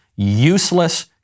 useless